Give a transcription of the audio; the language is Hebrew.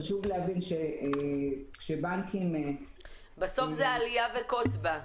חשוב להבין שבנקים --- בסוף זה אליה וקוץ בה.